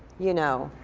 you know?